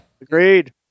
Agreed